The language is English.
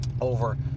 over